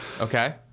Okay